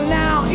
now